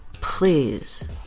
please